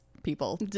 People